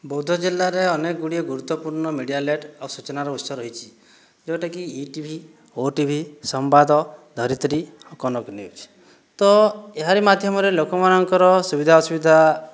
ବଉଦ ଜିଲ୍ଲାରେ ଅନେକଗୁଡ଼ିଏ ଗୁରୁତ୍ୱପୂର୍ଣ୍ଣ ମିଡ଼ିଆଲେଟ ଆଉ ସୂଚନାର ଉତ୍ସ ରହିଛି ଯେଉଁଟାକି ଇଟିଭି ଓଟିଭି ସମ୍ବାଦ ଧରିତ୍ରୀ ଆଉ କନକ ନ୍ୟୁଜ ତ ଏହାରି ମାଧ୍ୟମରେ ଲୋକମାନଙ୍କର ସୁବିଧା ଅସୁବିଧା